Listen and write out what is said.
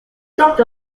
dropped